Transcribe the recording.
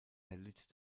erlitt